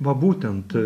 va būtent